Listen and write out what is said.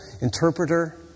interpreter